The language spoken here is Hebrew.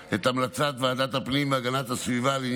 את המלצת ועדת הפנים והגנת הסביבה לעניין